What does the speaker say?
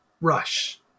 rush